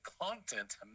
content